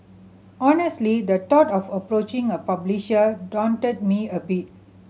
honestly the thought of approaching a publisher daunted me a bit